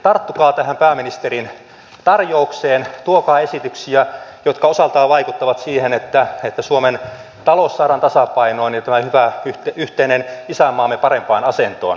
tarttukaa tähän pääministerin tarjoukseen tuokaa esityksiä jotka osaltaan vaikuttavat siihen että suomen talous saadaan tasapainoon ja tämä hyvä yhteinen isänmaamme parempaan asentoon